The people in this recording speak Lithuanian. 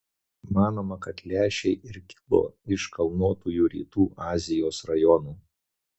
manoma kad lęšiai ir kilo iš kalnuotųjų rytų azijos rajonų